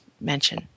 mention